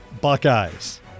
Buckeyes